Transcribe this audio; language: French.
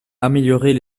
améliorer